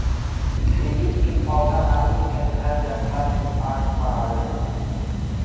tulip के पौधा आदमी के धैर्य रखला के पाठ पढ़ावेला